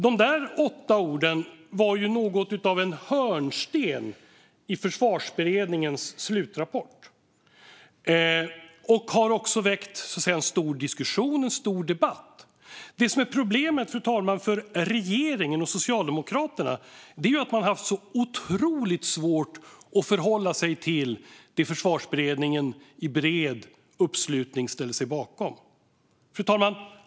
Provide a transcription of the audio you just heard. De åtta orden var något av en hörnsten i Försvarsberedningens slutrapport och har också väckt en stor debatt. Det som är problemet för regeringen och Socialdemokraterna är att man har haft så svårt att förhålla sig till det som Försvarsberedningen i bred uppslutning ställde sig bakom. Fru talman!